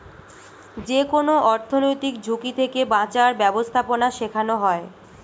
যেকোনো অর্থনৈতিক ঝুঁকি থেকে বাঁচার ব্যাবস্থাপনা শেখানো হয়